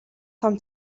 том